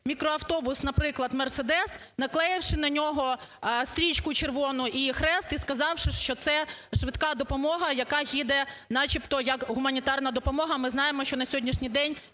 мікроавтобус, наприклад "Мерседес", наклеївши на нього стрічку червону і хрест і сказавши, що це швидка допомога, яка їде, начебто, як гуманітарна допомога. Ми знаємо, що на сьогоднішній день